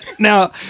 Now